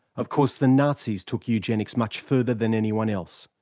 of course, the nazis took eugenics much further than anyone else,